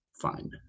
fine